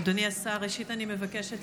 אדוני השר, ראשית, אני מבקשת